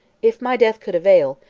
if my death could avail,